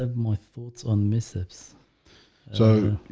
ah my thoughts on missus so,